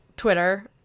Twitter